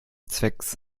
zwecks